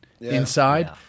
inside